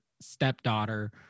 stepdaughter